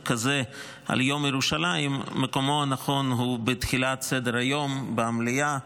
כזה על יום ירושלים הוא בתחילת סדר-היום במליאה,